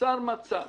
נוצר מצב